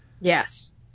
yes